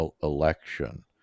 election